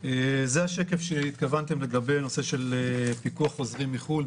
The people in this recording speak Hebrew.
זה השקף שהתכוונתם לגבי הנושא של פיקוח על החוזרים מחו"ל,